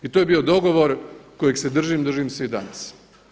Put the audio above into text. I to je bio dogovor kojeg se držim, držim se i danas.